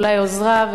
אולי עוזריו,